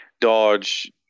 dodge